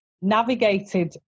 navigated